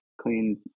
clean